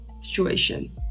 situation